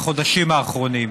בחודשים האחרונים.